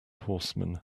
horsemen